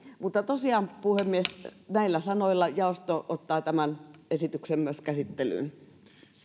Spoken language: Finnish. mutta tosiaan puhemies näillä sanoilla jaosto ottaa tämän esityksen myös käsittelyyn